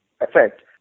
effect